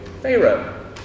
Pharaoh